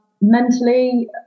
Mentally